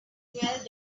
twelve